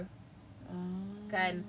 just you sorang jer